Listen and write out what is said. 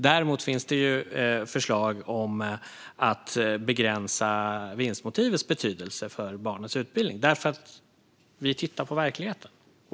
Däremot finns det förslag om att begränsa vinstmotivets betydelse för barnens utbildning, eftersom vi tittar på verkligheten.